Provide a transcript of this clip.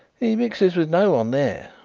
he mixes with no one there,